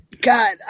God